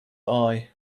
eye